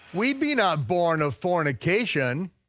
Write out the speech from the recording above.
we be not born of fornication,